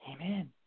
Amen